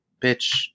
bitch